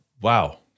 wow